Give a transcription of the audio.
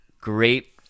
great